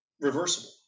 reversible